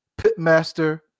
Pitmaster